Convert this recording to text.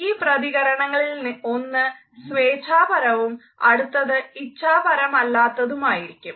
ഈ പ്രതികരണങ്ങളിൽ ഒന്ന് സ്വേച്ഛാപരവും അടുത്തത് ഇച്ഛാപരമല്ലാത്തുമായിരിക്കും